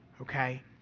okay